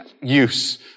use